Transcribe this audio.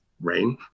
rain